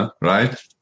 right